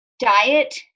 diet